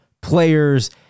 players